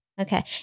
Okay